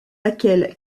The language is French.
laquelle